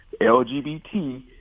LGBT